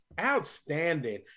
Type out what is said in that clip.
Outstanding